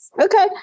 Okay